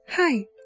Hi